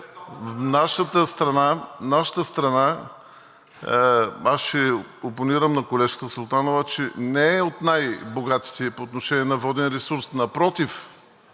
Нашата страна... Аз ще опонирам на колежката Султанова, че не е от най-богатите по отношение на воден ресурс, напротив,